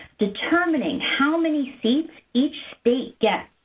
determining how many seats each state gets.